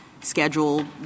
schedule